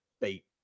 beat